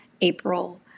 April